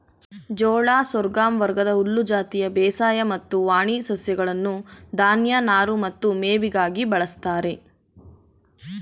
ಜೋಳ ಸೋರ್ಗಮ್ ವರ್ಗದ ಹುಲ್ಲು ಜಾತಿಯ ಬೇಸಾಯ ಮತ್ತು ವಾಣಿ ಸಸ್ಯಗಳನ್ನು ಧಾನ್ಯ ನಾರು ಮತ್ತು ಮೇವಿಗಾಗಿ ಬಳಸ್ತಾರೆ